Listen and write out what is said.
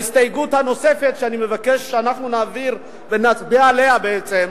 ההסתייגות הנוספת שאני מבקש שאנחנו נעביר ונצביע עליה בעצם,